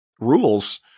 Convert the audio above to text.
rules